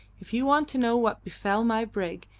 if you want to know what befell my brig,